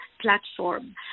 platform